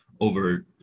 over